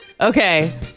Okay